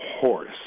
horse